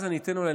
אז אני אתן אולי,